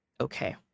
Okay